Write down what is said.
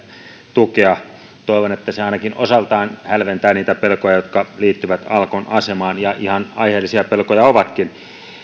tukea toivon että se ainakin osaltaan hälventää niitä pelkoja jotka liittyvät alkon asemaan ja ihan aiheellisia pelkoja ovatkin